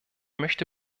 möchte